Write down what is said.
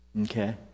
okay